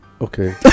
Okay